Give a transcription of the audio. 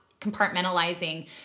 compartmentalizing